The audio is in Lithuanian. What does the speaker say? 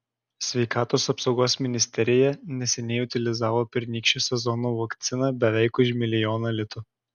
sveikatos apsaugos ministerija neseniai utilizavo pernykščio sezono vakciną beveik už milijoną litų